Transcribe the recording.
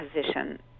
position